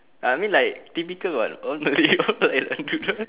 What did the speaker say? I mean like typical [what] all malay all malay dollop lah